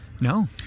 No